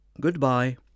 Goodbye